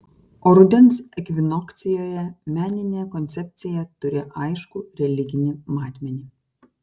o rudens ekvinokcijoje meninė koncepcija turi aiškų religinį matmenį